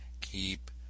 keep